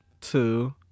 two